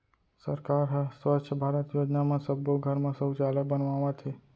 सरकार ह स्वच्छ भारत योजना म सब्बो घर म सउचालय बनवावत हे